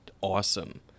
awesome